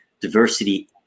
diversity